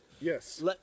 Yes